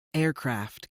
aircraft